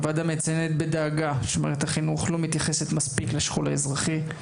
הוועדה מציינת בדאגה שמערכת החינוך לא מתייחסת מספיק לשכול האזרחי,